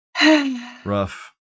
Rough